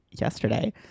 yesterday